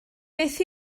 beth